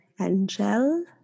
Angel